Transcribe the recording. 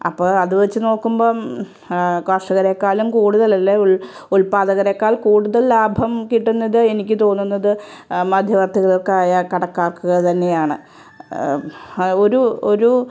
അപ്പോൾ അത് വെച്ച് നോക്കുമ്പം കർഷകരേക്കാലും കൂടുതൽ അല്ലേൽ ഉൽപ്പാദകരേക്കാൾ കൂടുതൽ ലാഭം കിട്ടുന്നത് എനിക്ക് തോന്നുന്നത് മദ്ധ്യവർത്തികൾക്കായ കടക്കാർക്ക് തന്നെയാണ് ഒരു ഒരു